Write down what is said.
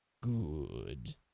good